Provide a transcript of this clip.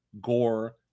gore